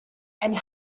and